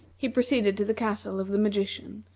he proceeded to the castle of the magician,